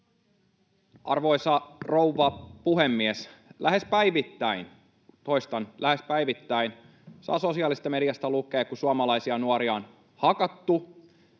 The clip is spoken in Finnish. — toistan: lähes päivittäin — saa sosiaalisesta mediasta lukea, kun suomalaisia nuoria on hakattu,